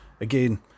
Again